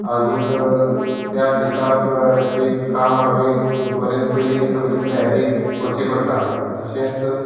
आनीक त्या दिसाक जी काम हांवें बरेंच पयली सगळीं तयारी करची पडटा तशेंच